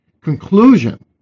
conclusion